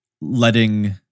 letting